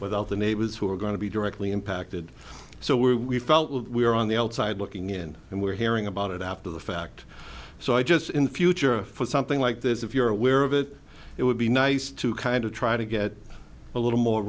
all the neighbors who were going to be directly impacted so we felt we were on the outside looking in and we're hearing about it after the fact so i just in future for something like this if you're aware of it it would be nice to kind of try to get a little more